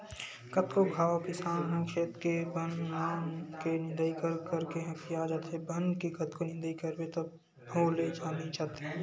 कतको घांव किसान ह खेत के बन मन के निंदई कर करके हकिया जाथे, बन के कतको निंदई करबे तभो ले जामी जाथे